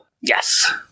Yes